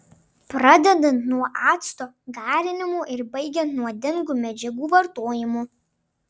pradedant nuo acto garinimo ir baigiant nuodingų medžiagų vartojimu